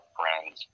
friends